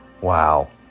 Wow